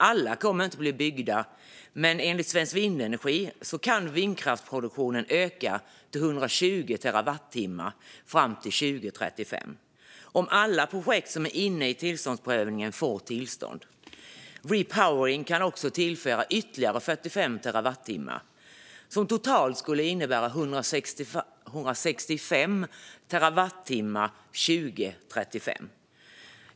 Alla kommer inte att bli byggda, men enligt Svensk Vindenergi kan vindkraftsproduktionen öka till 120 terawattimmar fram till 2035 om alla projekt som är inne i tillståndsprövningen får tillstånd. Repowering kan också tillföra ytterligare 45 terawattimmar, något som totalt skulle innebära 165 terawattimmar 2035.